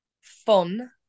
fun